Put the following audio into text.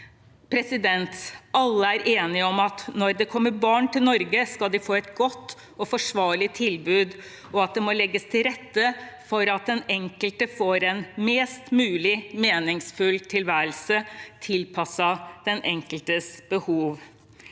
Alle er enige om at når det kommer barn til Norge, skal de få et godt og forsvarlig tilbud, og at det må legges til rette for at den enkelte får en mest mulig meningsfull tilværelse, tilpasset den enkeltes behov.